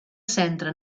centra